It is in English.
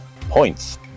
points